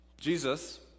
jesus